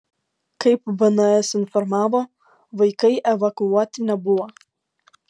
kaip bns informavo vaikai evakuoti nebuvo